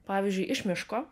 pavyzdžiui iš miško